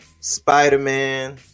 Spider-Man